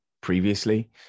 previously